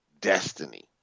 destiny